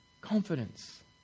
confidence